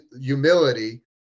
humility